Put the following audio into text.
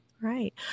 Right